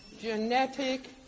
genetic